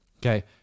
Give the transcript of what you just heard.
Okay